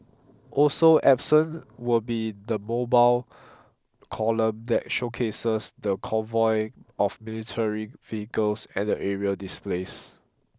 also absent will be the mobile column that showcases the convoy of military vehicles and the aerial displays